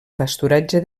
pasturatge